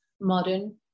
modern